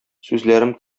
сүзләрем